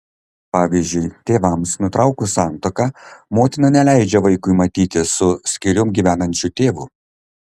pavyzdžiui tėvams nutraukus santuoką motina neleidžia vaikui matytis su skyrium gyvenančiu tėvu